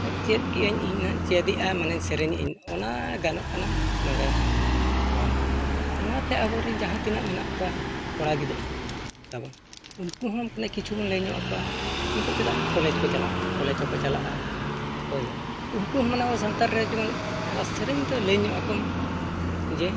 ᱪᱮᱫ ᱠᱮᱜ ᱟᱹᱧ ᱤᱧ ᱱᱟᱦᱟᱧ ᱪᱮᱫᱮᱜᱼᱟ ᱢᱟᱱᱮ ᱥᱮᱨᱮᱧ ᱮᱜ ᱟᱹᱧ ᱚᱱᱟ ᱜᱟᱢᱱᱚᱜ ᱠᱟᱱᱟ ᱱᱚᱰᱮ ᱦᱚᱸ ᱚᱱᱟᱛᱮ ᱟᱵᱚ ᱨᱮᱱ ᱡᱟᱦᱟᱸ ᱛᱤᱱᱟᱹᱜ ᱢᱮᱱᱟᱜ ᱠᱚᱣᱟ ᱠᱚᱲᱟ ᱜᱤᱫᱽᱨᱟᱹ ᱛᱟᱵᱚᱱ ᱩᱱᱠᱩ ᱦᱚᱸ ᱢᱟᱱᱮ ᱠᱤᱪᱷᱩ ᱵᱚᱱ ᱞᱟᱹᱭ ᱧᱚᱜ ᱟᱠᱚᱣᱟ ᱱᱤᱛᱚᱜ ᱪᱮᱫᱟᱜ ᱠᱚᱞᱮᱡᱽ ᱠᱚ ᱪᱟᱞᱟᱜ ᱠᱟᱱᱟ ᱠᱚᱞᱮᱡᱽ ᱦᱚᱸ ᱠᱚ ᱪᱟᱞᱟᱜᱼᱟ ᱦᱳᱭ ᱩᱱᱠᱩ ᱦᱚᱸ ᱩᱱᱠᱩ ᱦᱚᱸ ᱡᱮᱢᱚᱱ ᱟᱵᱚ ᱥᱟᱱᱛᱟᱲ ᱨᱮ ᱡᱮᱢᱚᱱ ᱥᱮᱨᱮᱧ ᱫᱚ ᱞᱟᱹᱭ ᱧᱚᱜ ᱟᱠᱚ ᱢᱮ ᱡᱮ